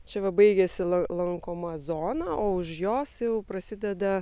čia va baigiasi lankoma zona o už jos jau prasideda